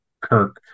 Kirk